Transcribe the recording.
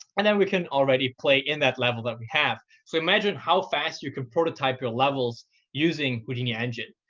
and then we can already play in that level that we have. so imagine how fast you could prototype your levels using houdini engine.